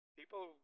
people